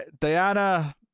diana